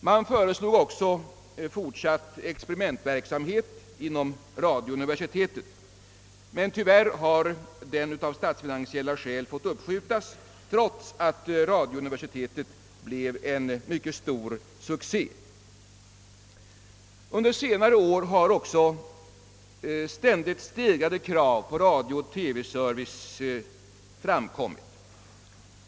Man föreslog även fortsatt experimentverksamhet inom radiouniversitetet, men tyvärr har denna av statsfinansiella skäl måst uppskjutas, trots att radiouniversitetet blev en mycket stor succé. Under senare år har också ständigt stegrade krav på radiooch TV-service framkommit.